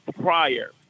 prior